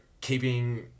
keeping